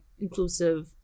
inclusive